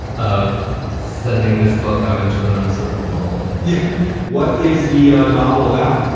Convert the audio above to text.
of sending this book out into an uncertain world yeah what is the novel about?